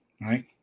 Right